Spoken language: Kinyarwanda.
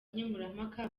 nkemurampaka